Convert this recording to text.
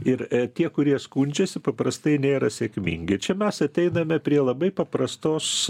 ir tie kurie skundžiasi paprastai nėra sėkmingi čia mes ateiname prie labai paprastos